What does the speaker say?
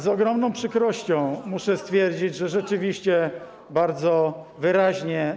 Z ogromną przykrością muszę stwierdzić, że rzeczywiście bardzo wyraźnie.